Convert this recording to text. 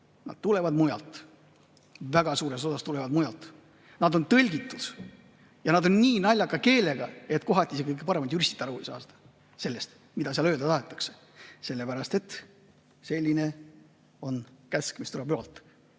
nad tulevad mujalt, väga suures osas tulevad mujalt. Nad on tõlgitud ja nad on nii naljaka keelega, et kohati isegi kõige paremad juristid ei saa aru, mida seal öelda tahetakse. Sellepärast et selline on käsk, mis tuleb ülalt.